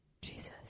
Jesus